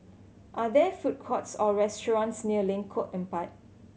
are there food courts or restaurants near Lengkok Empat